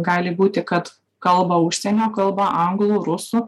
gali būti kad kalba užsienio kalba anglų rusų